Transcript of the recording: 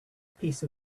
piece